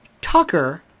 Tucker